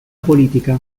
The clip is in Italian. politica